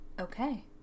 okay